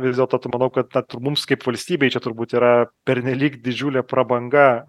vis dėlto tu manau kad tą mums kaip valstybei čia turbūt yra pernelyg didžiulė prabanga